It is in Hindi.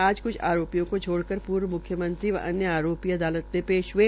आज क्छ आरोपियों को छोड़कर पूर्व मुख्यमंत्री व अन्य आरोपी अदालत में पेश हुए